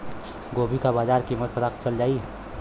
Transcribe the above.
गोभी का बाजार कीमत पता चल जाई?